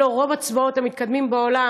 אם לא רוב הצבאות המתקדמים בעולם,